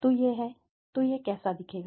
तो यह है कि यह कैसा दिखेगा